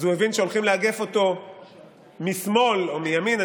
אז הוא הבין שהולכים לאגף אותו משמאל או מימין,